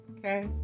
Okay